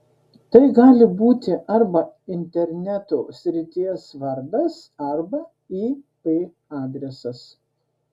tai gali būti arba interneto srities vardas arba ip adresas